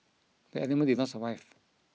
the animal did not survive